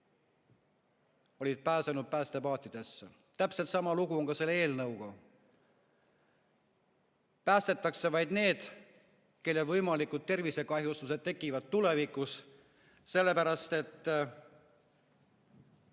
olid pääsenud päästepaatidesse. Täpselt sama lugu on selle eelnõuga. Päästetakse vaid need, kelle võimalikud tervisekahjustused tekivad tulevikus, sellepärast et